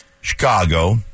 Chicago